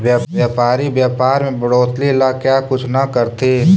व्यापारी व्यापार में बढ़ोतरी ला क्या कुछ न करथिन